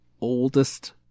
oldest